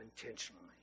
intentionally